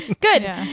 good